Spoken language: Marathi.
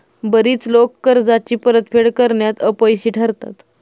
बरीच लोकं कर्जाची परतफेड करण्यात अपयशी ठरतात